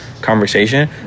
conversation